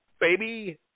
baby